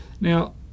Now